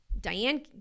Diane